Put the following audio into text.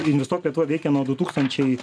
investuok lietuva veikia nuo du tūkstančiai